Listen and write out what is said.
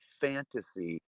fantasy